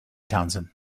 townsend